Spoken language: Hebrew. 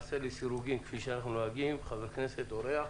ניתן את רשות הדיבור לסירוגין חבר כנסת ואחריו אורח.